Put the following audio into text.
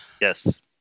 Yes